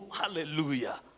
Hallelujah